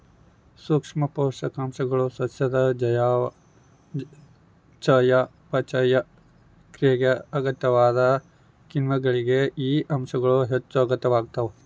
ಸೂಕ್ಷ್ಮ ಪೋಷಕಾಂಶಗಳು ಸಸ್ಯದ ಚಯಾಪಚಯ ಕ್ರಿಯೆಗೆ ಅಗತ್ಯವಾದ ಕಿಣ್ವಗಳಿಗೆ ಈ ಅಂಶಗಳು ಹೆಚ್ಚುಅಗತ್ಯವಾಗ್ತಾವ